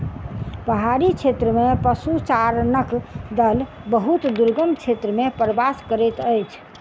पहाड़ी क्षेत्र में पशुचारणक दल बहुत दुर्गम क्षेत्र में प्रवास करैत अछि